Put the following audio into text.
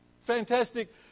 Fantastic